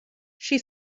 she